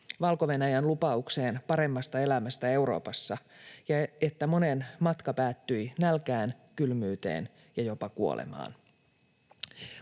Valko-Venäjän lupaukseen paremmasta elämästä Euroopassa ja että monen matka päättyi nälkään, kylmyyteen ja jopa kuolemaan.